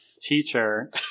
teacher